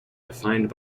defined